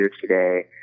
today